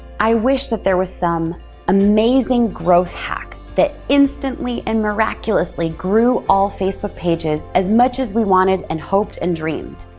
i wish that there was some amazing growth hack that instantly and miraculously grew all facebook pages as much as we wanted and hoped and dreamed.